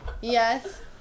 Yes